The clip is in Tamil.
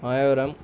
மாயவரம்